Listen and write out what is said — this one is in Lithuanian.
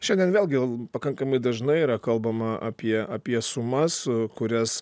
šiandien vėlgi pakankamai dažnai yra kalbama apie apie sumas kurias